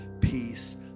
peace